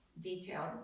detailed